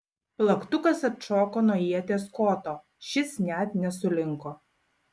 plaktukas atšoko nuo ieties koto šis net nesulinko